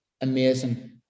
Amazing